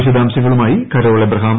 വിശദാംശങ്ങളുമായി Carol Abraham